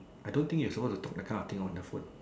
I don't think you suppose to talk that kind of thing on the phone